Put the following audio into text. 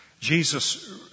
Jesus